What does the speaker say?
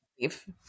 leave